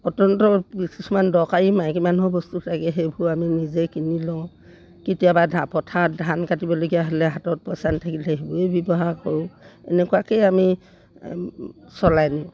অত্যন্ত কিছুমান দৰকাৰী মাইকী মানুহৰ বস্তু থাকে সেইবোৰ আমি নিজে কিনি লওঁ কেতিয়াবা পথাৰত ধান কাটিবলগীয়া হ'লে হাতত পইচা নাথাকিলে সেইবোৰেই ব্যৱহাৰ কৰোঁ এনেকুৱাকৈয়ে আমি চলাই নিওঁ